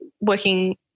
working